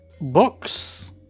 books